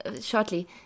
shortly